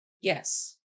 Yes